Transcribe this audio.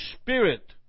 Spirit